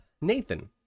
Nathan